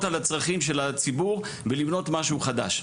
על הצרכים של הציבור ולבנות משהו חדש.